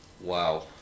Wow